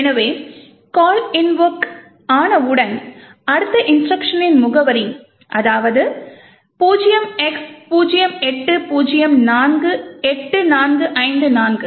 எனவே call invoke ஆனவுடன் அடுத்த இன்ஸ்ட்ருக்ஷனின் முகவரி 0x08048454